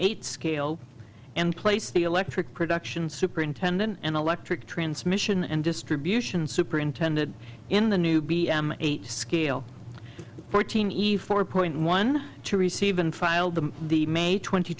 eight scale and place the electric production superintendent an electric transmission and distribution superintended in the new b m eight scale fourteen eve four point one two receive and file them the may twenty